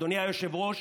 אדוני היושב-ראש,